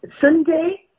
Sunday